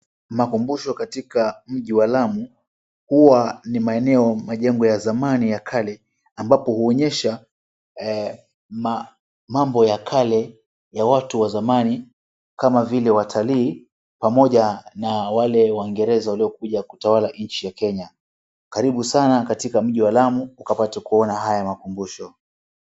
Makumbusho katika mji wa Lamu huwa ni maeneo majengo ya zamani ya kale ambapo huonyesha mambo ya kale ya watu wa zamani kama vile Watalii pamoja na waingereza waliokuja kutawala nchi ya Kenya. Karibu sana katika mji wa lamu ukapate kuyaona makumbusho.